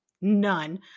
none